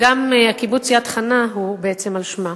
וגם הקיבוץ יד-חנה הוא בעצם על שמה.